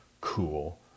cool